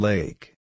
Lake